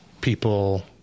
people